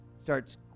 starts